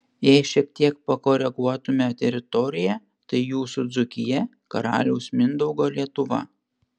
jei šiek tiek pakoreguotume teritoriją tai jūsų dzūkija karaliaus mindaugo lietuva